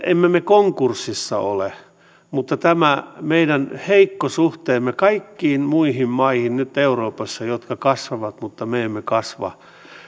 emme me konkurssissa ole mutta tämä meidän heikko suhteemme kaikkiin muihin maihin nyt euroopassa jotka kasvavat mutta me emme kasva